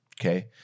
okay